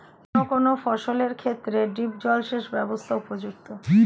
কোন কোন ফসলের ক্ষেত্রে ড্রিপ জলসেচ ব্যবস্থা উপযুক্ত?